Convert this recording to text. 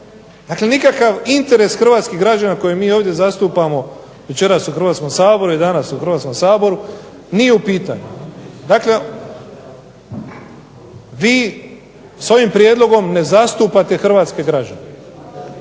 Dakle, nikakav interes hrvatskih građana koji mi ovdje zastupamo večeras u Hrvatskom saboru i danas u Hrvatskom saboru nije u pitanju. Dakle, vi s ovim prijedlogom ne zastupate hrvatske građane,